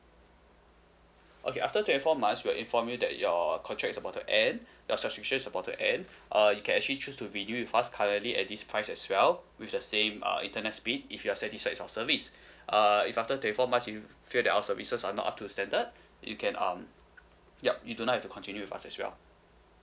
okay after twenty four months we will inform you that your contract is about to end your subscription is about to end uh you can actually choose to be deal with us currently at this price as well with the same uh internet speed if you are satisfied with our service uh if after twenty four months you feel that our services are not up to standard you can um yup you do not have to continue with us as well